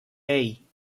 hey